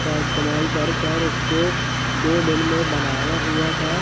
का इस्तेमाल कर कर उसको दो दिन में बनाया हुआ था